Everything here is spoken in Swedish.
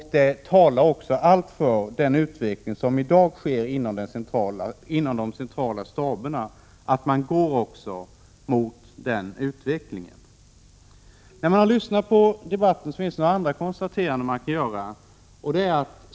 Allt talar också för att man inom de centrala staberna går mot den utvecklingen. När man lyssnar på debatten finns det även andra konstateranden man kan göra.